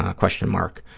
ah question mark?